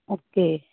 okay